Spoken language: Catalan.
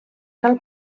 cal